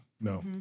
No